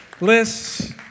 Lists